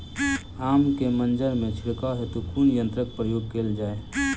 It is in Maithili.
आम केँ मंजर मे छिड़काव हेतु कुन यंत्रक प्रयोग कैल जाय?